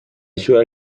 suoi